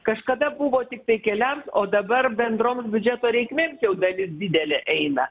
kažkada buvo tiktai keliams o dabar bendroms biudžeto reikmėms jau dalis didelė eina